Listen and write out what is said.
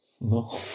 no